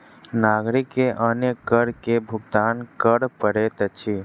नागरिक के अन्य कर के भुगतान कर पड़ैत अछि